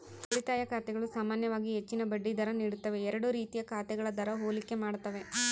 ಉಳಿತಾಯ ಖಾತೆಗಳು ಸಾಮಾನ್ಯವಾಗಿ ಹೆಚ್ಚಿನ ಬಡ್ಡಿ ದರ ನೀಡುತ್ತವೆ ಎರಡೂ ರೀತಿಯ ಖಾತೆಗಳ ದರ ಹೋಲಿಕೆ ಮಾಡ್ತವೆ